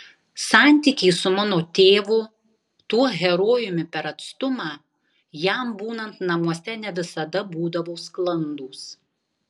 santykiai su mano tėvu tuo herojumi per atstumą jam būnant namuose ne visada būdavo sklandūs